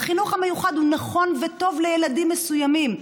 החינוך המיוחד הוא נכון וטוב לילדים מסוימים.